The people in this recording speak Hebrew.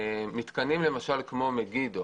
מתקנים כמו מגידו